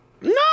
No